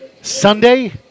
Sunday